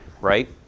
right